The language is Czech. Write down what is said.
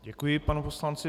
Děkuji panu poslanci.